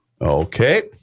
Okay